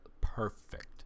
perfect